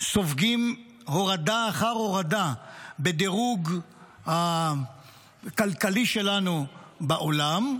סופגים הורדה אחר הורדה בדירוג הכלכלי שלנו בעולם,